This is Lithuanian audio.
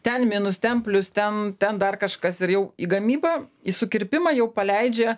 ten minus ten plius ten ten dar kažkas ir jau į gamybą į sukirpimą jau paleidžia